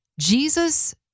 Jesus